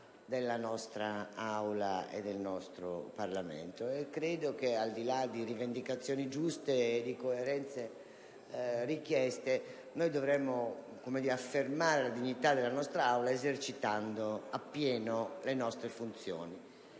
della nostra Aula e del Parlamento. Credo che, al di là di rivendicazioni giuste e di coerenze richieste, noi dovremmo affermare la dignità della nostra Aula esercitando appieno le nostre funzioni.